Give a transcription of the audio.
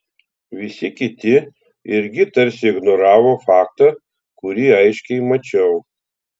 visi kiti irgi tarsi ignoravo faktą kurį aiškiai mačiau